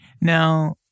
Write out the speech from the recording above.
Now